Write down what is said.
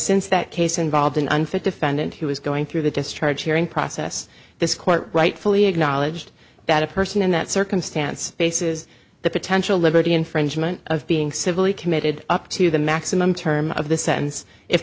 since that case involved an unfit defendant who is going through the discharge hearing process this court rightfully acknowledged that a person in that circumstance faces the potential liberty infringement of being civilly committed up to the maximum term of th